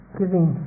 giving